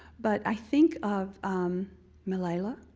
but i think of malala,